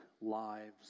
lives